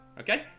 Okay